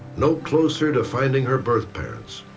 no closer to finding her birth parents.